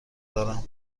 دارم